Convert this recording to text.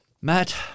Matt